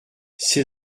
c’est